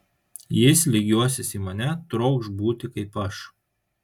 jis lygiuosis į mane trokš būti kaip aš